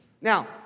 Now